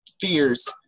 Fears